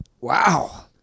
Wow